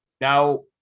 Now